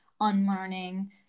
unlearning